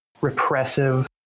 repressive